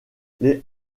les